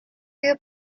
you